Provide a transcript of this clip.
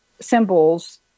symbols